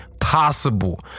possible